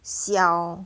小